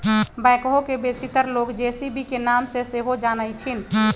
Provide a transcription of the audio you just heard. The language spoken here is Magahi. बैकहो के बेशीतर लोग जे.सी.बी के नाम से सेहो जानइ छिन्ह